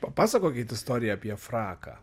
papasakokit istoriją apie fraką